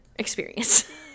experience